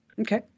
Okay